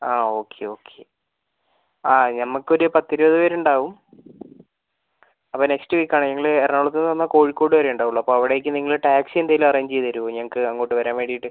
ആ okay okay ആ നമുക്ക് ഒരു പത്ത് ഇരുപത് പേര് ഉണ്ടാകും അപ്പോൾ നെക്സ്റ്റ് വീക്ക് ആണ് ഞങ്ങൾ എറണാകുളത്ത് നിന്ന് കോഴിക്കോട് വരെ ഉണ്ടാകുള്ളൂ അപ്പോൾ അവിടേക്ക് നിങ്ങൾ ടാക്സി എന്തേലും അറേഞ്ച് ചെയ്ത് തരുമോ ഞങ്ങൾക്ക് അങ്ങോട്ട് വരൻ വേണ്ടീട്ട്